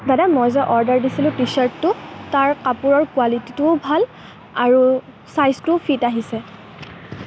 দাদা মই যে অৰ্ডাৰ দিছিলোঁ টি চাৰ্টটো তাৰ কাপোৰৰ কোৱালিটিটোও ভাল আৰু চাইজটোও ফিট আহিছে